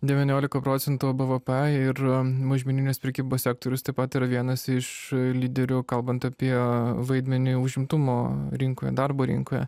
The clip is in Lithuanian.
devyniolika procentų bvp ir mažmeninės prekybos sektorius taip pat yra vienas iš lyderių kalbant apie vaidmenį užimtumo rinkoje darbo rinkoje